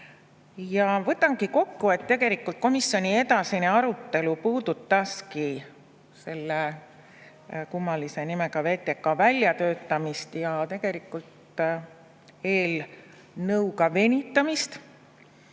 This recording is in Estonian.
Võtangi kokku, et komisjoni edasine arutelu puudutas selle kummalise nimega VTK väljatöötamist ja tegelikult eelnõuga venitamist,